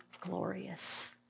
glorious